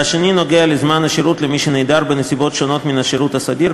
והשני נוגע לזמן השירות למי שנעדר בנסיבות שונות מן השירות הסדיר,